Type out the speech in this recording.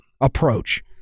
approach